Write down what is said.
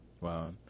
wow